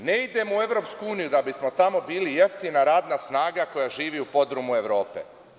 Dakle, ne idemo u EU da bismo tamo bili jeftina radna snaga koja živi u podrumu Evrope.